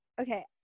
okay